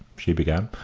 she began.